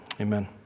amen